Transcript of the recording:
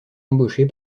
embaucher